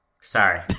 Sorry